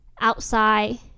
outside